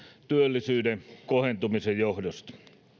työllisyyden kohentumisen johdosta